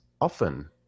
often